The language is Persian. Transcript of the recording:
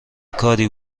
کاری